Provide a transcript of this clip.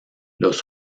los